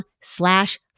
slash